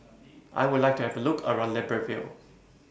I Would like to Have A Look around Libreville